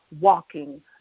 walking